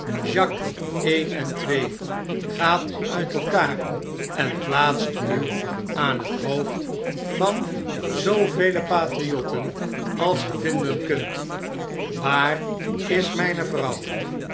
jacques een en twee gaat uit elkaar en plaatst u aan het hoofd van zoovele patriotten als ge vinden kunt waar is mjjne vrouw